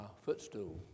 footstool